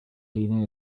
leaning